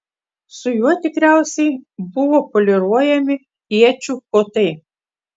su juo tikriausiai buvo poliruojami iečių kotai